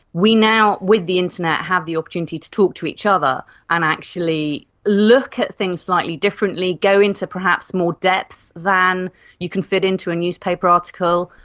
we now, with the internet, have the opportunity to talk to each other and actually look at things slightly differently, go into perhaps more depth than you can fit into a newspaper article.